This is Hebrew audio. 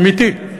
אמיתי,